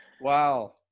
Wow